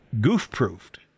goof-proofed